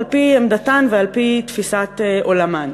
על-פי עמדתן ועל-פי תפיסת עולמן.